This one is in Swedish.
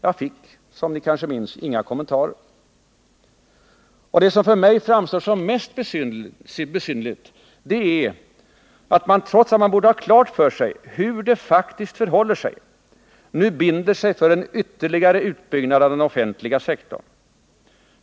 Jag fick, som ni kanske minns, ingen som helst kommentar. Det som för mig framstår som mest besynnerligt är att man, trots att man borde ha klart för sig hur det faktiskt förhåller sig, nu binder sig för en ytterligare utbyggnad av den offentliga sektorn.